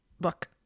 look